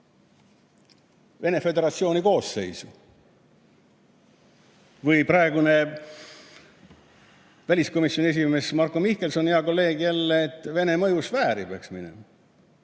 Venemaa Föderatsiooni koosseisu! Või praegune väliskomisjoni esimees Marko Mihkelson, hea kolleeg jälle, pakkus, et Vene mõjusfääri peaks minema.